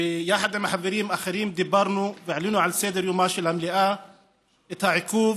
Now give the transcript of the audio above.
ויחד עם חברים אחרים דיברנו והעלינו על סדר-יומה של המליאה את העיכוב